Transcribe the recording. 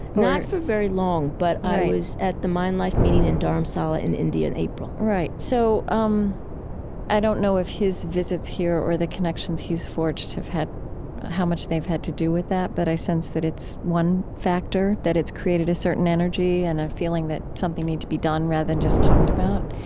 not for very long, but i was at the mind life meeting in dharamsala in india in april right. so um i don't know if his visits here or the connections he's forged, how much they've had to do with that, but i sense that it's one factor, that it's created a certain energy and a feeling that something needs to be done rather than just talked about.